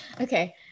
Okay